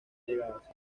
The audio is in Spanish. llegadas